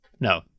No